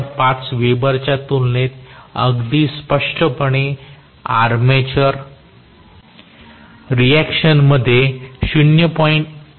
5 वेबरच्या तुलनेत अगदी स्पष्टपणे आर्मेचर रिएक्शनमध्ये 0